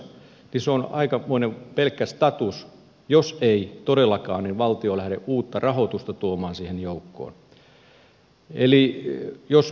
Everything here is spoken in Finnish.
se on aikamoinen pelkkä status jos ei todellakaan valtio lähde uutta rahoitusta tuomaan siihen joukkoon